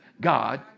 God